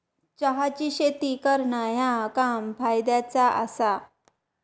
चहाची शेती करणा ह्या काम फायद्याचा आसा